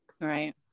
Right